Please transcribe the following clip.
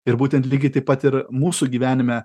ir būtent lygiai taip pat ir mūsų gyvenime